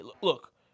look